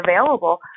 available